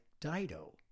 Dido